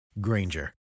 Granger